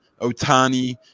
Otani